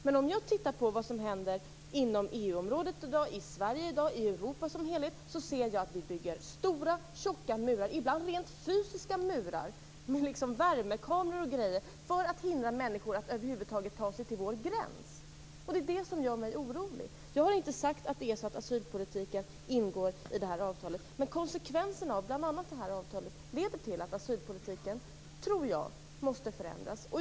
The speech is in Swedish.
Men om jag tittar på vad som händer inom EU området i dag, i Sverige i dag, i Europa som helhet ser jag att vi bygger stora tjocka murar, ibland rent fysiska murar med värmekameror och grejer, för att hindra människor att över huvud taget ta sig till vår gräns. Det är det som gör mig orolig. Jag har inte sagt att asylpolitiken ingår i det här avtalet. Men konsekvenserna av bl.a. det här avtalet tror jag blir att asylpolitiken måste förändras.